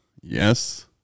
Yes